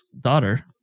daughter